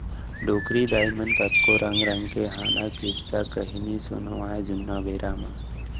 डोकरी दाइ मन कतको रंग रंग के हाना, किस्सा, कहिनी सुनावयँ जुन्ना बेरा म